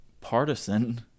partisan